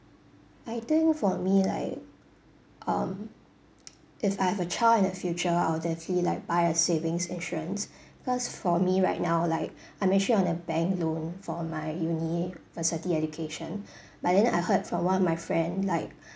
I think for me like um if I have a child in the future I would definitely like buy a savings insurance cause for me right now like I'm actually on a bank loan for my university education but then I heard from one of my friend like